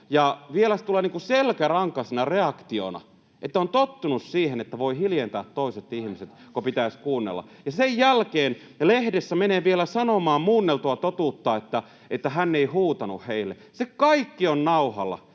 vielä niin kuin selkärankaisena reaktiona, että on tottunut siihen, että voi hiljentää toiset ihmiset, kun pitäisi kuunnella. Ja sen jälkeen hän menee vielä lehdessä sanomaan muunneltua totuutta, että hän ei huutanut heille. Se kaikki on nauhalla.